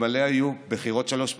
אלמלא היו בחירות שלוש פעמים,